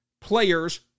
players